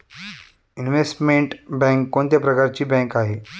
Investment bank कोणत्या प्रकारची bank आहे?